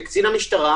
לקצין משטרה,